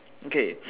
okay